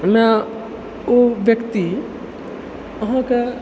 मे ओ व्यक्ति अहाँके